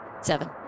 seven